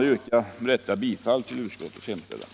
Jag yrkar med detta bifall till utskottets hemställan.